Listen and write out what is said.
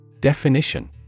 Definition